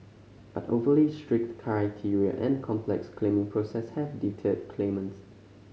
but overly strict criteria and a complex claiming process have deterred claimants